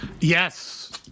Yes